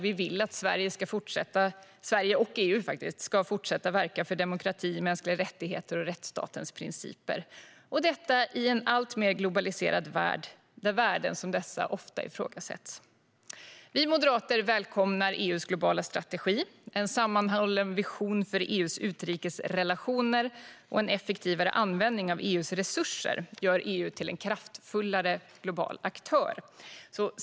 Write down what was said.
Vi vill att Sverige och EU ska fortsätta verka för demokrati, mänskliga rättigheter och rättsstatens principer i en alltmer globaliserad värld där värden som dessa ofta ifrågasätts. Vi moderater välkomnar EU:s globala strategi. En sammanhållen vision för EU:s utrikesrelationer och en effektivare användning av EU:s resurser gör EU till en kraftfullare global aktör.